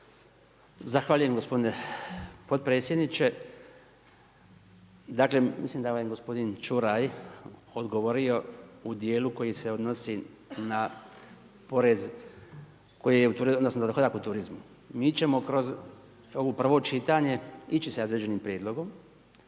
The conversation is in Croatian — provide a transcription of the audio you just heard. Zahvaljujem gospodine potpredsjedniče. Dakle, mislim da je gospodin Ćuraj odgovorio u dijelu koji se odnosi na porez odnosno .../Govornik se ne razumije./... u turizmu. Mi ćemo kroz ovo prvo čitanje ići sa određenim prijedlogom